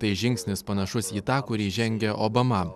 tai žingsnis panašus į tą kurį žengia obama